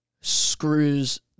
screws